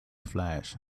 flash